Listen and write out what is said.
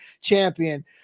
champion